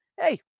hey